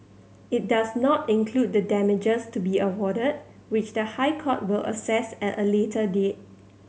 it does not include the damages to be awarded which the High Court will assess at a later date